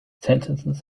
sentences